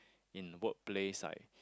in workplace like